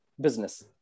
business